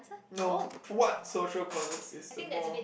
no what social causes is the more